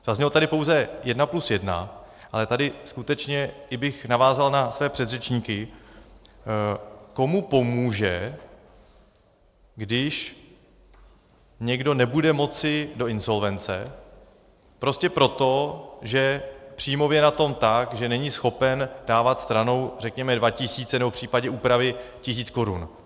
Zaznělo tady pouze 1+1, ale tady skutečně kdybych navázal na své předřečníky, komu pomůže, když někdo nebude moci do insolvence prostě proto, že příjmově je na tom tak, že není schopen dávat stranou řekněme dva tisíce nebo v případě úpravy tisíc korun.